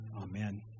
Amen